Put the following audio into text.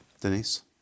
Denise